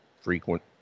frequent